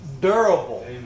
durable